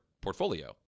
portfolio